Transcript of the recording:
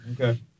okay